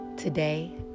Today